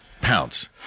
pounce